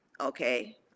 okay